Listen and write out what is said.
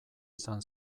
izan